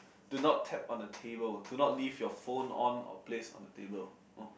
do not tap on the table do not leave your phone on or place on the table orh